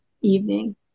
evening